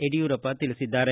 ಯಡಿಯೂರಪ್ಪ ತಿಳಿಸಿದ್ದಾರೆ